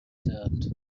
turned